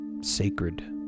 sacred